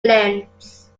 blends